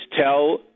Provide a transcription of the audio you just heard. tell